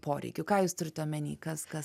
poreikių ką jūs turite omeny kas kas